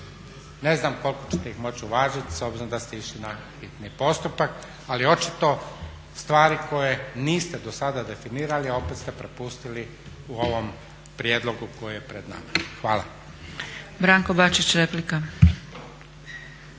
ne znam koliko ćete ih moći uvažiti s obzirom da ste išli na hitni postupak, ali očito stvari koje niste do sada definirali, a opet ste propustili u ovom prijedlogu koji je pred nama. Hvala.